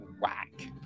whack